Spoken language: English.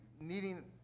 needing